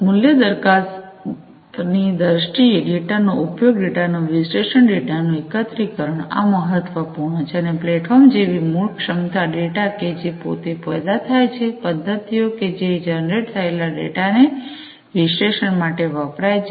મૂલ્ય દરખાસ્તની દ્રષ્ટિએ ડેટાનો ઉપયોગ ડેટાનું વિશ્લેષણ ડેટાનું એકત્રીકરણ આ મહત્વપૂર્ણ છે અને પ્લેટફોર્મ જેવી મૂળ ક્ષમતા ડેટા કે જે પોતે પેદા થાય છે પદ્ધતિઓ કે જે જનરેટ થયેલ ડેટાના વિશ્લેષણ માટે વપરાય છે